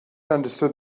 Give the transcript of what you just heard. understood